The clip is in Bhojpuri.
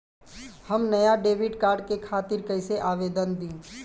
हम नया डेबिट कार्ड के खातिर कइसे आवेदन दीं?